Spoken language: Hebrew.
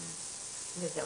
וזהו,